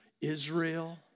Israel